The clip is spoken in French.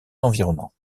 environnantes